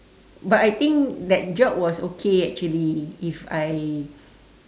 but I think that job was okay actually if I